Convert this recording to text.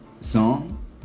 Song